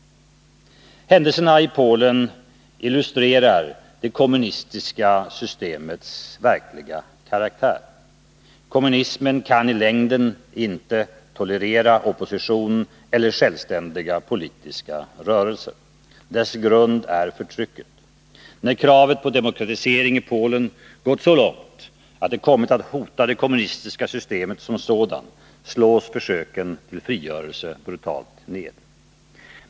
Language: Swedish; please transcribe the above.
Händelserna i Polen illustrerar det kommunistiska systemets verkliga karaktär. Kommunismen kan i längden inte tolerera opposition eller självständiga politiska rörelser. Dess grund är förtrycket. När kravet på demokratisering i Polen gått så långt att det kommit att hota det kommunistiska systemet som sådant slås försöken till frigörelse brutalt ned.